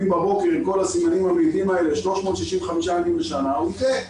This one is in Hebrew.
בבוקר עם כל הסימנים המעידים האלה 365 ימים בשנה הוא יטעה.